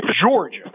Georgia